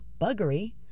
buggery